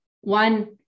one